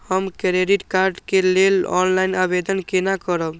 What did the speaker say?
हम credit card के लेल ऑनलाइन आवेदन केना करब?